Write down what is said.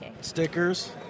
Stickers